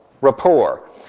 Rapport